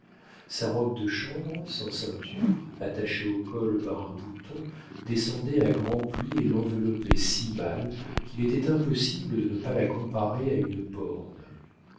sa robe de chambre sans ceinture attachée au col par un bouton descendait à grands plis et l'enveloppait si mal qu'il était impossible de ne pas la comparer à une borne